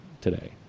today